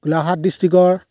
গোলাঘাট ডিষ্ট্ৰিক্টৰ